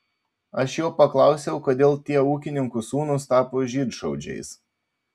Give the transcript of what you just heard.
aš jo paklausiau kodėl tie ūkininkų sūnūs tapo žydšaudžiais